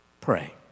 pray